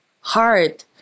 hard